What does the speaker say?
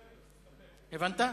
הבנת?